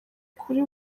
kuri